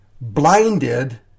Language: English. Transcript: blinded